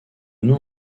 nom